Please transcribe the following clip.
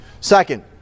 Second